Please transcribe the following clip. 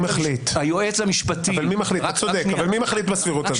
הסבירות- -- צודק, אבל מי מחליט מה הסבירות הזו?